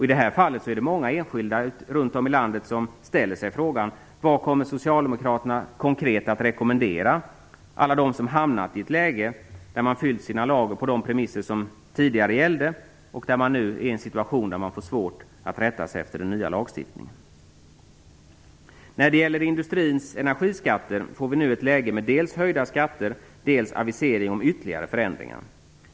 I det här fallet är det många enskilda runt om i landet som ställer frågan: Vad kommer Socialdemokraterna konkret att rekommendera alla dem som hamnat i ett läge där de fyllt sina lager på de premisser som tidigare gällde och nu får svårt att rätta sig efter den nya lagstiftningen? När det gäller industrins energiskatter får vi nu ett läge med dels höjda skatter, dels avisering om ytterligare förändringar.